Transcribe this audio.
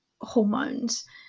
hormones